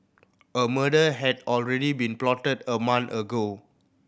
a murder had already been plotted a month ago